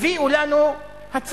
הביאו לנו הצעה,